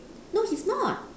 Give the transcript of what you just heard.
no he's not